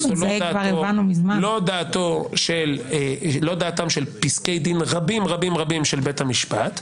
זאת לא דעתם של פסקי דין רבים-רבים של בית המשפט,